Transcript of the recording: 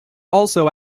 also